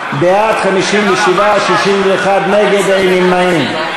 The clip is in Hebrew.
בעד, 57, 61 נגד, אין נמנעים.